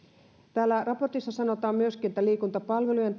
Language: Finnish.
raportissa sanotaan myöskin että liikuntapalvelujen